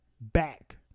back